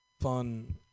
fun